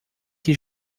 que